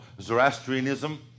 Zoroastrianism